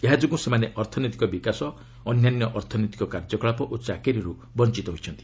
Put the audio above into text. ଏହାଯୋଗୁଁ ସେମାନେ ଅର୍ଥନୈତିକ ବିକାଶ ଅନ୍ୟାନ୍ୟ ଅର୍ଥନୈତିକ କାର୍ଯ୍ୟକଳାପ ଓ ଚାକିରିର୍ ବଞ୍ଚିତ ହୋଇଛନ୍ତି